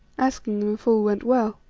asking them if all went well.